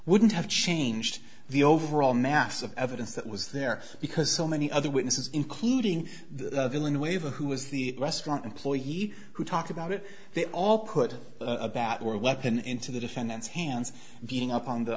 wouldn't have changed the overall mass of evidence that was there because so many other witnesses including the villain waiver who was the restaurant employee who talked about it they all put a bat or a weapon into the defendant's hands being up on the